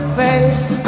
face